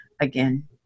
again